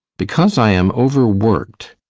because i am overworked.